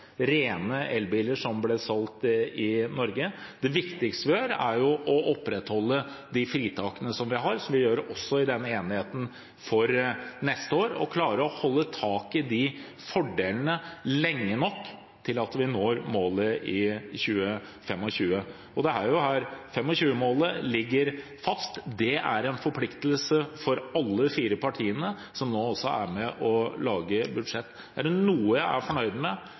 rene elbiler. Det viktigste vi gjør, er å opprettholde de fritakene som vi har – noe som vi også gjør i den enigheten vi har for neste år – og klarer å holde tak i fordelene lenge nok til at vi når målet for 2025. 2025-målet ligger fast, det er en forpliktelse for alle de fire partiene som nå er med på å lage budsjett. Er det noe jeg er fornøyd med